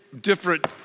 different